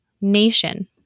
nation